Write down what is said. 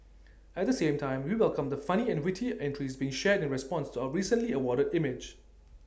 at the same time we welcome the funny and witty entries being shared in response to our recently awarded image